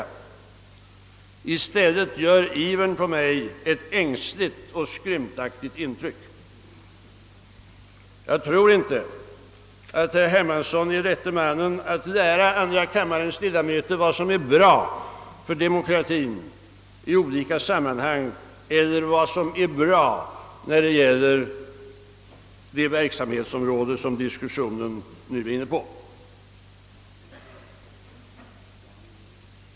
Men i stället gör ivern på mig ett ängsligt och skrymtaktigt intryck. Jag tror inte att herr Hermansson är rätte mannen att lära andra kammarens ledamöter vad som är bra för demokratien i olika sammanhang eller vad som är bra när det gäller det verksamhetsområde som vi nu diskuterar.